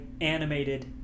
animated